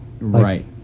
Right